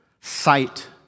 Sight